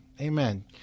amen